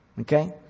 Okay